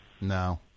No